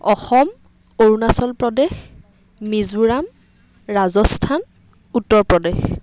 Assam Arunachal Pradesh Mizoram Rajasthan Uttar Pradesh